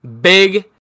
Big